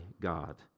God